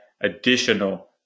additional